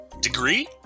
Degree